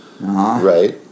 Right